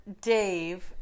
Dave